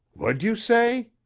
what'd you say?